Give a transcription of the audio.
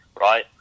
right